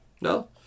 No